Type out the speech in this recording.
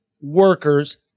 workers